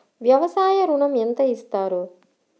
వ్యవసాయ ఋణం ఎంత ఇస్తారు?